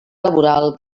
laboral